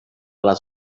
les